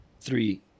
three